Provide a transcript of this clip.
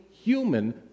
human